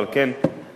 ועל כן מגיע,